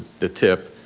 the tip.